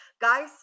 guys